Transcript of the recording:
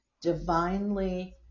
divinely